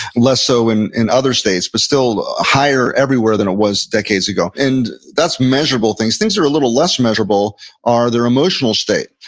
less so in in other states, but still ah higher everywhere than it was decades ago and that's measurable things. things that are a little less measurable are their emotional state.